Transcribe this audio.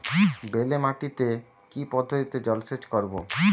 বেলে মাটিতে কি পদ্ধতিতে জলসেচ করব?